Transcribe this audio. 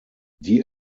die